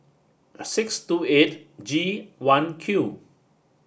six two eight G one Q